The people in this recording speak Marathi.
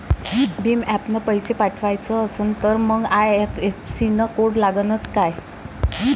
भीम ॲपनं पैसे पाठवायचा असन तर मंग आय.एफ.एस.सी कोड लागनच काय?